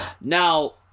Now